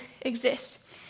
exist